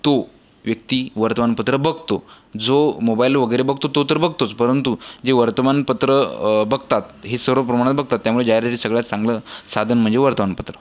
तो व्यक्ती वर्तमानपत्र बघतो जो मोबाईल वगैरे बघतो तो तर बघतोच परंतु जे वर्तमानपत्र बघतात हे सर्व प्रमाणात बघतात त्यामुळे जाहिराती सगळ्यात चांगलं साधन म्हणजे वर्तमानपत्र